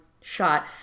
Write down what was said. shot